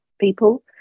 people